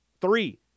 three